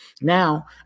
Now